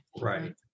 Right